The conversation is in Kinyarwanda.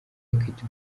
equity